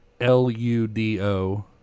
l-u-d-o